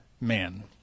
man